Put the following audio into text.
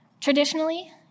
Traditionally